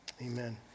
Amen